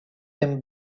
them